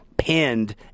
pinned